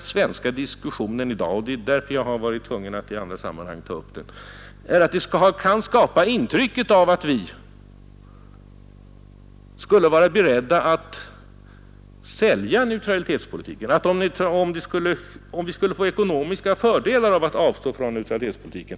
svenska diskussionen i dag kan skapa — och det är därför jag har varit tvungen att i andra sammanhang ta upp den — ett intryck av att vi skulle vara beredda att sälja neutralitetspolitiken om vi skulle få ekonomiska fördelar av att avstå från vår neutralitetspolitik.